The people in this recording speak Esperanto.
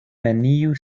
neniu